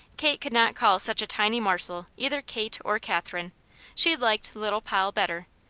kate could not call such a tiny morsel either kate or katherine she liked little poll, better.